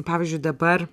pavyzdžiui dabar